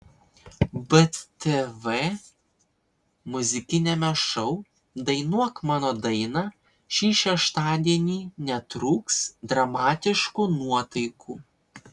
btv muzikiniame šou dainuok mano dainą šį šeštadienį netrūks dramatiškų nuotaikų